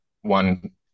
one